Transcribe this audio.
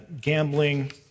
gambling